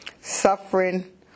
suffering